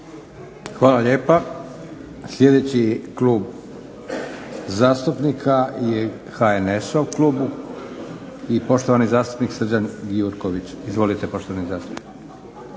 Hvala lijepa. Sljedeći Klub zastupnika je HNS-ov klub i poštovani zastupnik Srđan Gjurković. Izvolite poštovani zastupniče.